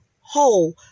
whole